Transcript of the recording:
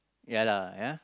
ya lah ya